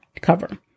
cover